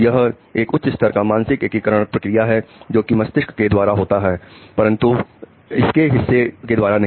यह एक उच्च स्तर का मानसिक एकीकरण प्रक्रिया है जो कि मस्तिष्क के द्वारा होती है परंतु इसके हिस्सों के द्वारा नहीं